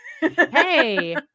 hey